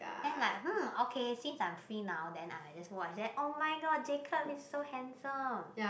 then like mm okay since I am free now then I will just watch then oh-my-god Jacob is so handsome